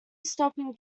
stopping